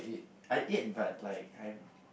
I ate but like I